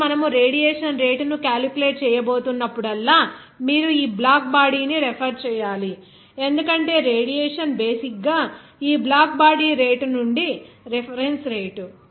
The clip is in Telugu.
కాబట్టి మనము రేడియేషన్ రేటును క్యాలిక్యులేట్ చేయబోతునప్పుడల్లా మీరు ఈ బ్లాక్ బాడీ ని రెఫెర్ చేయాలి ఎందుకంటే రేడియేషన్ బేసిక్ గా ఈ బ్లాక్ బాడీ రేటు నుండి రిఫరెన్స్ రేటు